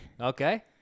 Okay